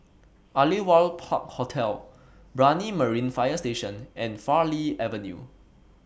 Aliwal Park Hotel Brani Marine Fire Station and Farleigh Avenue